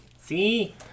see